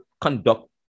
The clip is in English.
conduct